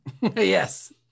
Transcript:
Yes